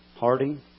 Harding